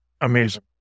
amazing